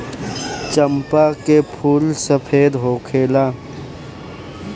चंपा के फूल सफेद होखेला